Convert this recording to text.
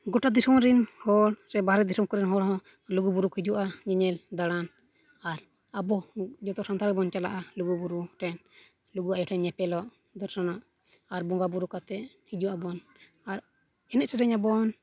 ᱜᱳᱴᱟ ᱫᱤᱥᱚᱢ ᱨᱮᱱ ᱦᱚᱲ ᱥᱮ ᱵᱷᱟᱨᱚᱛ ᱫᱤᱥᱚᱢ ᱠᱚᱨᱮᱱ ᱦᱚᱲ ᱦᱚᱸ ᱞᱩᱜᱩᱼᱵᱩᱨᱩ ᱠᱚ ᱦᱤᱡᱩᱜᱼᱟ ᱧᱮᱧᱮᱞ ᱫᱟᱬᱟᱱ ᱟᱨ ᱟᱵᱚ ᱡᱚᱛᱚ ᱥᱟᱱᱛᱟᱲ ᱵᱚᱱ ᱪᱟᱞᱟᱜᱼᱟ ᱞᱩᱜᱩᱼᱵᱩᱨᱩ ᱴᱷᱮᱱ ᱞᱩᱜᱩ ᱟᱭᱳ ᱴᱷᱮᱱ ᱧᱮᱯᱮᱞᱚᱜ ᱫᱚᱨᱥᱚᱱᱚᱜ ᱟᱨ ᱵᱚᱸᱜᱟᱼᱵᱩᱨᱩ ᱠᱟᱛᱮᱫ ᱦᱤᱡᱩᱜ ᱟᱵᱚᱱ ᱟᱨ ᱮᱱᱮᱡ ᱥᱮᱨᱮᱧᱟᱵᱚᱱ